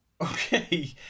Okay